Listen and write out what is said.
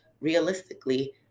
Realistically